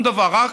שום דבר,